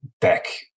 back